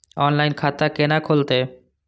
Online खाता केना खुलते?